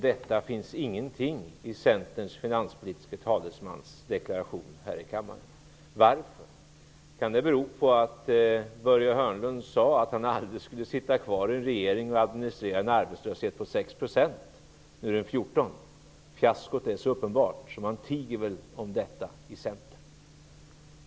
Det finns ingenting om denna i Centerns finanspolitiske talesmans deklaration här i kammaren. Varför? Kan det bero på att Börje Hörnlund sade att han aldrig skulle sitta kvar i en regering och administrera en arbetslöshet på 6 %? Nu är arbetslösheten 14 %. Fiaskot är så uppenbart att man väl tiger om detta inom Centern.